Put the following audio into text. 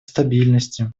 стабильности